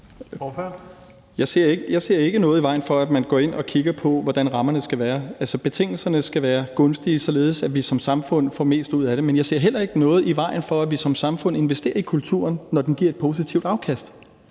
Jeg ser ikke noget i vejen for, at man går ind og kigger på, hvordan rammerne skal være. Altså, betingelserne skal være gunstige, således at vi som samfund får mest ud af det. Men jeg ser heller ikke noget i vejen for, at vi som samfund investerer i kulturen, når den giver et positivt afkast.